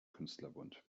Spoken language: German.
künstlerbund